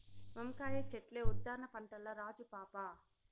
వంకాయ చెట్లే ఉద్దాన పంటల్ల రాజు పాపా